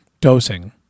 Dosing